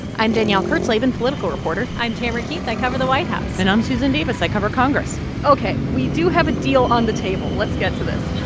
i'm danielle kurtzleben, political reporter i'm tamara keith. i cover the white house and i'm susan davis. i cover congress ok. we do have a deal on the table. let's get to this.